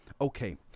Okay